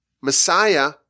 Messiah